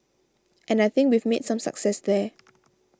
and I think we've made some success there